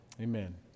amen